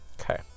Okay